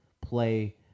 play